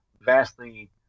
vastly